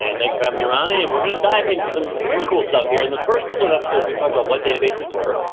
and thanks for having me, ronnie, and we're gonna dive into some really cool stuff here. and the first couple of episodes we talked about what databases were.